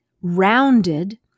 rounded